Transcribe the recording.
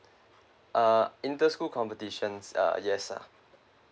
uh inter school competitions uh yes ah